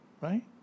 right